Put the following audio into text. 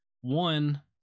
one